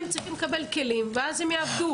הם צריכים לקבל כלים ואז הם יעבדו.